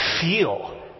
feel